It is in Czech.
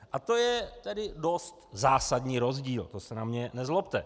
A to je tedy dost zásadní rozdíl, to se na mě nezlobte.